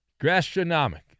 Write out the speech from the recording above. gastronomic